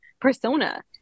persona